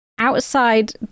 outside